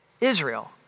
Israel